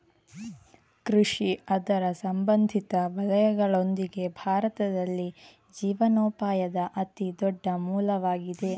ಕೃಷಿ ಅದರ ಸಂಬಂಧಿತ ವಲಯಗಳೊಂದಿಗೆ, ಭಾರತದಲ್ಲಿ ಜೀವನೋಪಾಯದ ಅತಿ ದೊಡ್ಡ ಮೂಲವಾಗಿದೆ